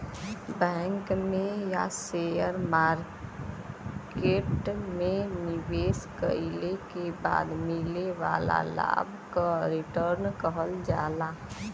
bank में या share market में निवेश कइले के बाद मिले वाला लाभ क रीटर्न कहल जाला